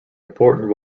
important